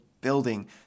building